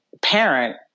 parent